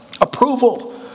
approval